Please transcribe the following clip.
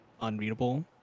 unreadable